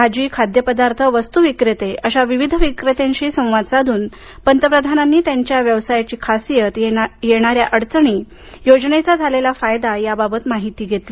भाजी खाद्यपदार्थ वस्तू विक्रेते अशा विविध विक्रेत्यांशी संवाद साधून पंतप्रधानांनी त्यांच्या व्यवसायाची खासीयत येणाऱ्या अडचणी योजनेचा झालेला फायदा याबाबत माहिती घेतली